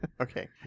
okay